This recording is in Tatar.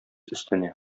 өстенә